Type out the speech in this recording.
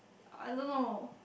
I don't know